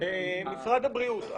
משרד הבריאות,